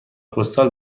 پستال